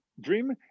dream